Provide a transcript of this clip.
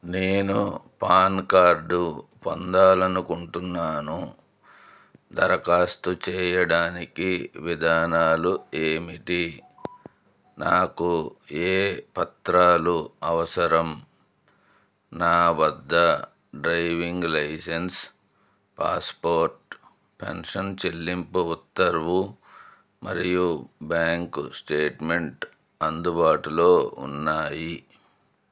నేను PAN card పొందాలి అనుకుంటున్నాను దరఖాస్తు చేయడానికి విధానాలు ఏమిటి నాకు ఏ పత్రాలు అవసరం నా వద్ద డ్రైవింగ్ లైసెన్స్ పాస్పోర్ట్ పెన్షన్ చెల్లింపు ఉత్తర్వు మరియు బ్యాంక్ స్టేట్మెంట్ అందుబాటులో ఉన్నాయి